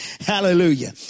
Hallelujah